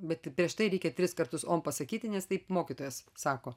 bet prieš tai reikia tris kartus om pasakyti nes taip mokytojas sako